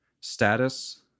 status